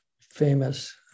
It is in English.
famous